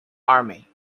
army